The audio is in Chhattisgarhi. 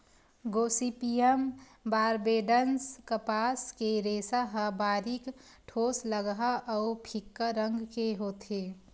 गोसिपीयम बारबेडॅन्स कपास के रेसा ह बारीक, ठोसलगहा अउ फीक्का रंग के होथे